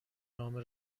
نامه